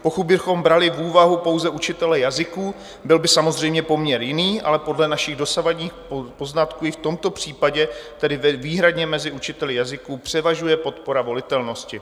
Pokud bychom brali v úvahu pouze učitele jazyků, byl by samozřejmě poměr jiný, ale podle našich dosavadních poznatků i v tomto případě, tedy výhradně mezi učiteli jazyků, převažuje podpora volitelnosti.